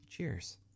Cheers